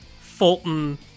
Fulton